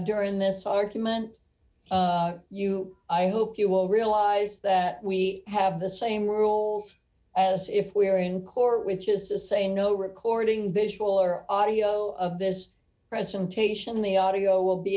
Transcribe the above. during this argument you i hope you will realize that we have the same rules as if we are in court which is to say no recording visual or audio of this presentation the audio will be